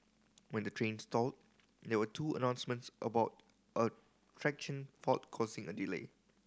when the train stalled there were two announcements about a traction fault causing a delay